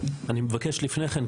אני מבקש לפני כן,